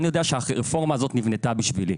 אני יודע שהרפורמה הזו נבנתה בשבילי.